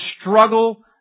struggle